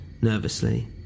Nervously